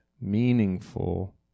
meaningful